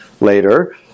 later